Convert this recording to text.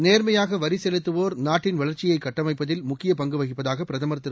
நேர்மையாக வரி செலுத்துவோர் நாட்டின் வளர்ச்சியை கட்டமைப்பதில் முக்கியப் பங்கு வகிப்பதாக பிரதமர் திரு